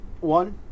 one